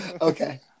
Okay